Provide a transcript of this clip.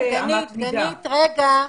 אלה שעוד כמה חודשים יצטרכו --- דגנית, רגע,